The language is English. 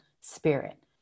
spirit